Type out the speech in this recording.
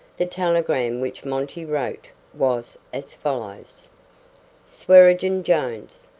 the telegram which monty wrote was as follows swearengen jones,